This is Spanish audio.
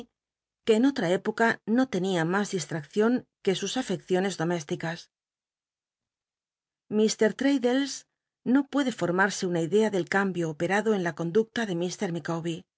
que en olla éi oca m tenia mas clistl'accion que sus al'cccioncs cloméslicas se nna idea dl'l llcs no puede formarse una idea del cambio operado en la conduela de